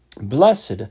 Blessed